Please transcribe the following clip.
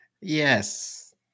Yes